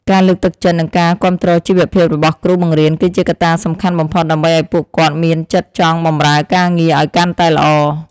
ការលើកទឹកចិត្តនិងការគាំទ្រជីវភាពរបស់គ្រូបង្រៀនគឺជាកត្តាសំខាន់បំផុតដើម្បីឱ្យពួកគាត់មានចិត្តចង់បម្រើការងារឱ្យកាន់តែល្អ។